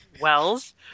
Wells